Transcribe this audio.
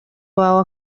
wawe